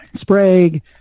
Sprague